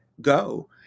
go